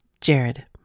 Jared